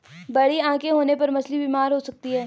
बड़ी आंखें होने पर मछली बीमार हो सकती है